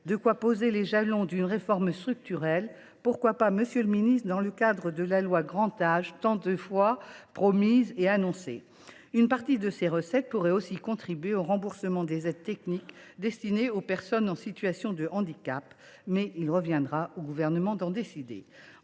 de poser les jalons d’une réforme structurelle – pourquoi pas, monsieur le ministre, dans le cadre du projet de loi Grand Âge tant de fois promis ? Très bien ! Une partie de ces recettes pourrait aussi contribuer au remboursement des aides techniques destinées aux personnes en situation de handicap, mais il reviendra au Gouvernement de décider